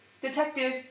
Detective